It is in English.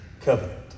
covenant